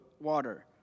water